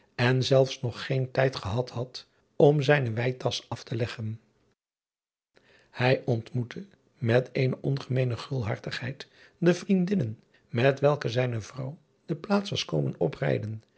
en zelfs nog geen tijd gehad had om zijne weitas af te leggen ij ontmoette met eene ongemeene gulhartigheid de vriendinnen met welke zijne vrouw de plaats was komen oprijden